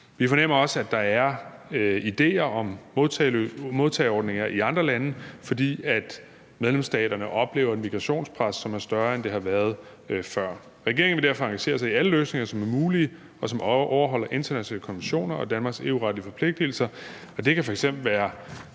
Vi fornemmer også, at der er idéer om modtageordninger i andre lande, fordi medlemsstaterne oplever et migrationspres, som er større, end det har været før. Regeringen vil derfor engagere sig i alle løsninger, som er mulige, og som overholder internationale konventioner og Danmarks EU-retlige forpligtelser,